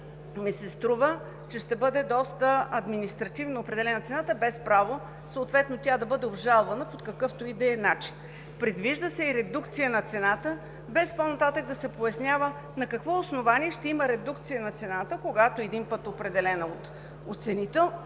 ми се струва, че ще бъде доста административно определена цената, без право тя да бъде обжалвана под какъвто и да е начин. Предвижда се и редукция на цената, без по-нататък да се пояснява на какво основание ще има редукция на цената, когато един път определена от оценител,